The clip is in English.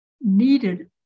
needed